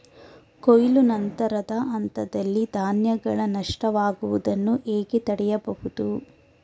ಕೊಯ್ಲು ನಂತರದ ಹಂತದಲ್ಲಿ ಧಾನ್ಯಗಳ ನಷ್ಟವಾಗುವುದನ್ನು ಹೇಗೆ ತಡೆಯಬಹುದು?